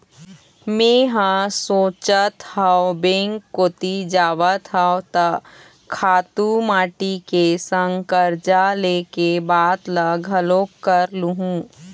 मेंहा सोचत हव बेंक कोती जावत हव त खातू माटी के संग करजा ले के बात ल घलोक कर लुहूँ